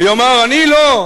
ויאמר: אני לא,